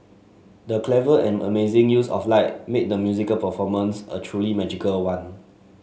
the clever and amazing use of light made the musical performance a truly magical one